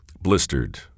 blistered